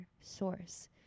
source